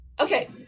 Okay